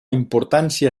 importància